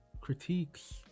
critiques